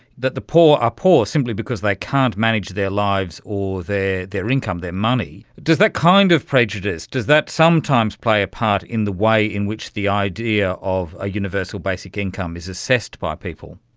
that the poor are poor simply because they can't manage their lives or their income, their money. does that kind of prejudice, does that sometimes play a part in the way in which the idea of a universal basic income is assessed by people?